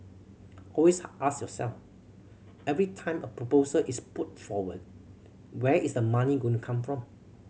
always ask yourself every time a proposal is put forward where is the money going come from